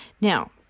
Now